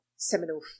seminal